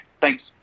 Thanks